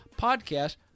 podcast